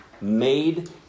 made